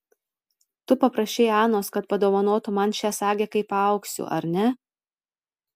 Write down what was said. tu paprašei anos kad padovanotų man šią sagę kai paaugsiu ar ne